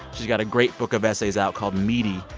she's got a great book of essays out called meaty.